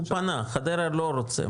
הוא פנה וחדרה לא רוצה.